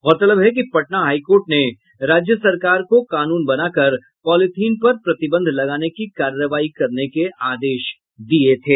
गौरतलब है कि पटना हाई कोर्ट ने राज्य सरकार को कानून बनाकर पॉलीथिन पर प्रतिबंध लगाने की कार्रवाई करने के आदेश दिये थे